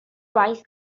pleserus